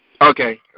Okay